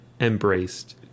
embraced